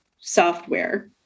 software